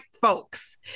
folks